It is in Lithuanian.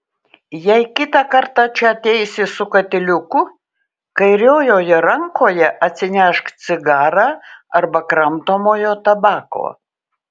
jei kitą kartą čia ateisi su katiliuku kairiojoje rankoje atsinešk cigarą arba kramtomojo tabako